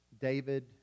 David